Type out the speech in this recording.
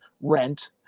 rent